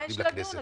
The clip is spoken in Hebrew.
מה יש לדון?